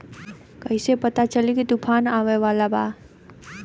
कइसे पता चली की तूफान आवा वाला बा?